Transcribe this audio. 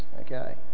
okay